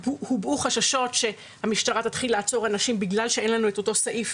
הובעו חששות שהמשטרה תתחיל לעצור אנשים בגלל שאין לנו את אותו סעיף